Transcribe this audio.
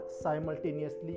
simultaneously